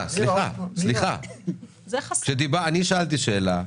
אני שאלתי שאלה,